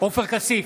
עופר כסיף,